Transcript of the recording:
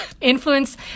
influence